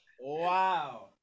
Wow